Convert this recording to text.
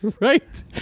Right